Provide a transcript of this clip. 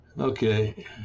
Okay